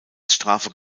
strafe